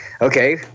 okay